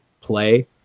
play